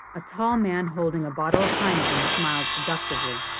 a tall man holding a bottle of heineken smiled seductively.